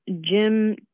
Jim